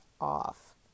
off